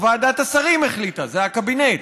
או ועדת השרים החליטה, זה הקבינט,